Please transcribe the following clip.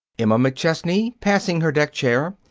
emma mcchesney, passing her deck chair,